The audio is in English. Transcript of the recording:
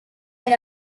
and